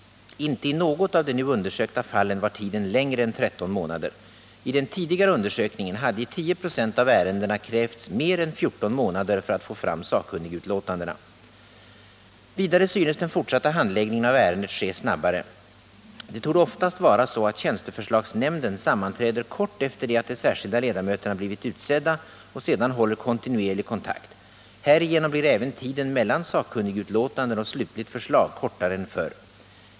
Inte i något av de nu undersökta fallen var tiden längre än 13 månader. I den tidigare undersökningen hade i 10 26 av ärendena krävts mer än 14 månader för att få fram sakkunnigutlåtandena. Vidare synes den fortsatta handläggningen av ärendet ske snabbare. Det torde oftast vara så att tjänsteförslagsnämnden sammanträder kort efter det att de särskilda ledamöterna blivit utsedda och sedan håller kontinuerlig kontakt. Härigenom blir även tiden mellan sakkunnigutlåtanden och slutligt förslag kortare än förr.